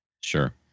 Sure